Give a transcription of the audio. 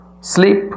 sleep